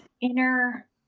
inner